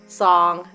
song